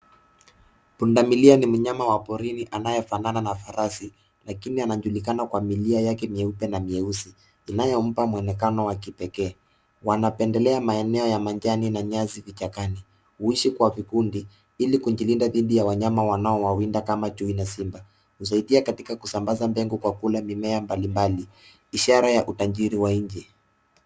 Pundamilia ni mnyama wa porini anayefanana na farasi, lakini anajulikana kwa milia yake mieupe na mieusi, inayompa muonekano wa kipekee. Wanapendelea maeneo ya majani na nyasi vichakani. Huishi kwa vikundi, ili kujilinda dhidi ya wanyama wanao wawinda kama chui na simba. Husaidia katika kusambaza mbegu kwa kula mimea mbalimbali. Ishara ya utajiri wa nchi.